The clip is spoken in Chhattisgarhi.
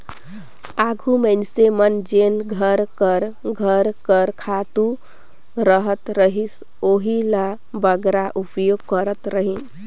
आघु मइनसे मन जेन घर कर घर कर खातू रहत रहिस ओही ल बगरा उपयोग करत रहिन